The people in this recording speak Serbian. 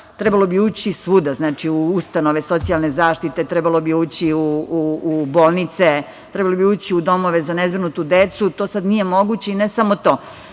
trebalo bi ući svuda, u ustanove socijalne zaštite, trebalo bi ući u bolnice, trebalo bi ući u domove za nezbrinutu decu, to sada nije moguće. Ne samo to,